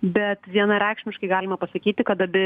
bet vienareikšmiškai galima pasakyti kad abi